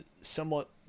somewhat